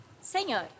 Senhor